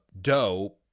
dough